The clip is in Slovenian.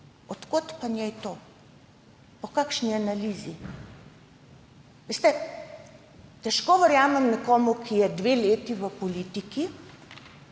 Od kod pa njej to? Po kakšni analizi? Težko verjamem nekomu, ki je dve leti v politiki